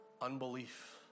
Unbelief